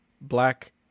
black